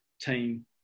team